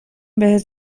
بهت